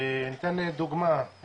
ניתן דוגמא.